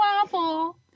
Waffle